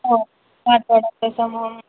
हो पाचवडयाच्या समोर